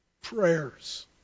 prayers